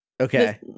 Okay